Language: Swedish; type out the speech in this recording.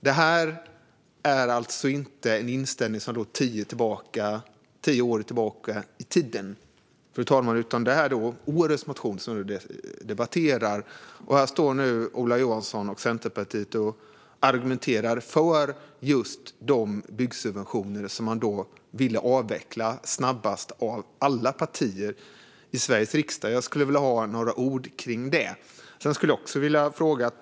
Det här är inte en inställning som går tio år tillbaka i tiden, fru talman, utan det här är årets motion som vi debatterar. Här står Ola Johansson från Centerpartiet och argumenterar för just de byggsubventioner man vill avveckla snabbast av alla partier i Sveriges riksdag. Jag skulle vilja höra några ord om detta.